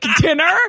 dinner